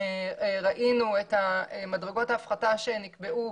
וראינו את דוחות ההפחתה שנקבעו